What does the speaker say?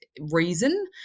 reason